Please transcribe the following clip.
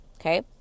Okay